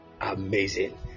amazing